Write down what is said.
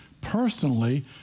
personally